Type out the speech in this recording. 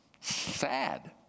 Sad